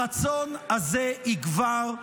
הרצון הזה יגבר.